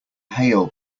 hail